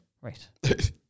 Right